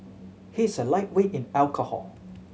he is a lightweight in alcohol